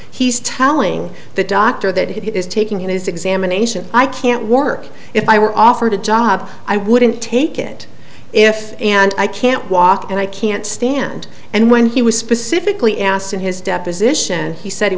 he's telling the doctor that he is taking his examination i can't work if i were offered a job i wouldn't take it if and i can't walk and i can't stand and when he was specifically asked in his deposition he said he